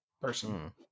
person